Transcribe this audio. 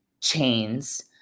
chains